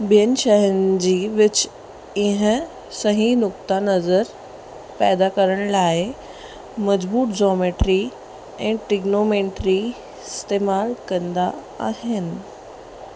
ॿियनि शइनि जी विच इहे सही नुक़्ता नज़र पैदा करण लाइ मजबूत जॉमैट्री ऐं ट्रिंग्नोमैंट्री इस्तेमालु कंदा आहिनि